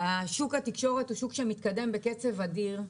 שוק התקשורת הוא שוק שמתקדם בקצב אדיר,